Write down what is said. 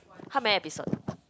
how many episode